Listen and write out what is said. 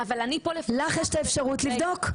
לך יש את האפשרות לבדוק.